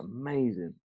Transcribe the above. amazing